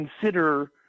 consider